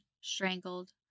strangled